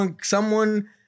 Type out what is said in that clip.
someone-